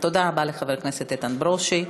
תודה רבה לחבר הכנסת איתן ברושי.